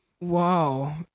Wow